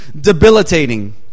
debilitating